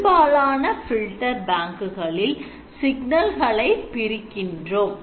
பெரும்பாலான fiter bank களில் சிக்னல்களை பிரிக்கின்றோம்